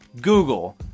Google